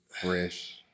fresh